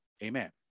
Amen